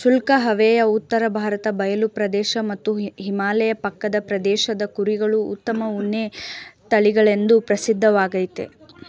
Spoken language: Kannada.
ಶುಷ್ಕ ಹವೆಯ ಉತ್ತರ ಭಾರತ ಬಯಲು ಪ್ರದೇಶ ಮತ್ತು ಹಿಮಾಲಯ ಪಕ್ಕದ ಪ್ರದೇಶದ ಕುರಿಗಳು ಉತ್ತಮ ಉಣ್ಣೆ ತಳಿಗಳೆಂದು ಪ್ರಸಿದ್ಧವಾಗಯ್ತೆ